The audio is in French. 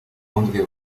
andré